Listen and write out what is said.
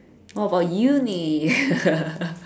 what about uni